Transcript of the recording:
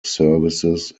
services